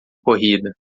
corrida